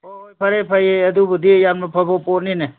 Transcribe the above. ꯍꯣꯏ ꯍꯣꯏ ꯐꯔꯦ ꯐꯩꯌꯦ ꯑꯗꯨꯕꯨꯗꯤ ꯌꯥꯝꯅ ꯐꯕ ꯄꯣꯠꯅꯤꯅꯦ